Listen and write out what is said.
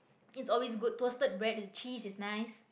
it's always good toasted bread with cheese is nice